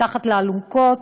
מתחת לאלונקות,